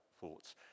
thoughts